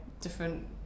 different